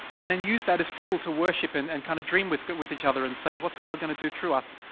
and then used that as fuel to worship and and kinda kind of dream with but with each other and say. what's god gonna do through us.